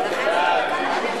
סעיף 1 נתקבל.